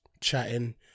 chatting